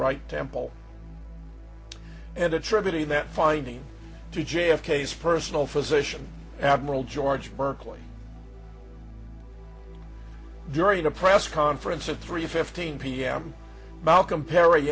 right temple and attributing that finding to j f k s personal physician admiral george burkley during a press conference at three fifteen p m malcolm perry